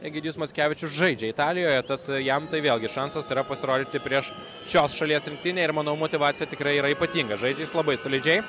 egidijus mockevičius žaidžia italijoje tad jam tai vėl gi šansas pasirodyti prieš šios šalies rinktinę ir manau motyvacija tikrai yra ypatinga žaidžia jis labai solidžiai